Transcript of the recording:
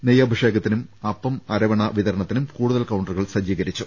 നെയ്യഭിഷേകത്തിനും അപ്പം അരവണ വിതരണത്തിനും കൂടുതൽ കൌണ്ടറുകൾ സജ്ജീകരിച്ചു